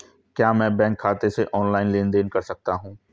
क्या मैं बैंक खाते से ऑनलाइन लेनदेन कर सकता हूं?